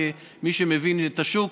כמי שמבין את השוק,